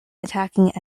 attacking